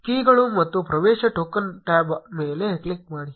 ಕೀಗಳು ಮತ್ತು ಪ್ರವೇಶ token tab ಮೇಲೆ ಕ್ಲಿಕ್ ಮಾಡಿ